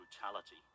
brutality